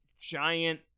giant